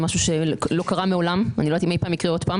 זה משהו שלא קרה מעולם ואני לא יודעת אם אי פעם יקרה שוב.